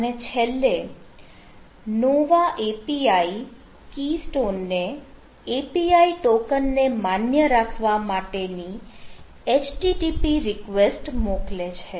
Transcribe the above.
અને છેલ્લે Nova API Keystone ને API ટોકન ને માન્ય રાખવા માટેની HTTP રિક્વેસ્ટ મોકલે છે